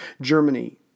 Germany